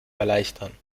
erleichtern